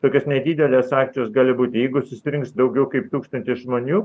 tokios nedidelės akcijos gali būti jeigu susirinks daugiau kaip tūkstantis žmonių